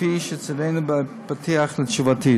כפי שצוינו בפתיח לתשובתי.